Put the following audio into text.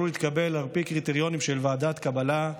להתקבל על פי קריטריונים של ועדת קבלה.